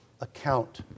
account